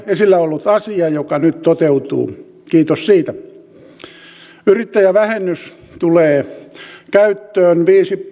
esillä ollut asia joka nyt toteutuu kiitos siitä yrittäjävähennys tulee käyttöön